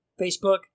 Facebook